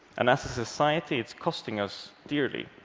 and as a society, it's costing us dearly.